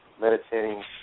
Meditating